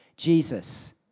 Jesus